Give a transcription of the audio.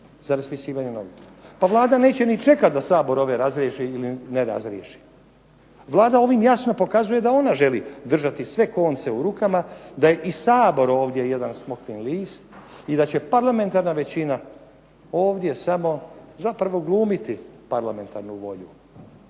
za raspisivanje novih. Pa Vlada neće ni čekati da Sabor ove razriješi ili ne razriješi. Vlada ovim jasno pokazuje da ona želi držati sve konce u rukama, da je i Sabor ovdje jedan smokvin list, i da će parlamentarna većina ovdje samo zapravo glumiti parlamentarnu volju,